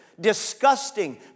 disgusting